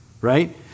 right